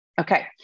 Okay